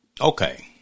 Okay